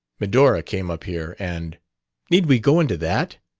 medora came up here and need we go into that?